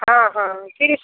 हाँ हाँ ठीक